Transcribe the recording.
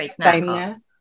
time